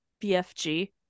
BFG